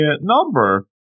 number